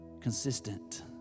consistent